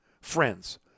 friends